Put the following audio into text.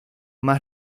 más